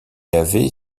avait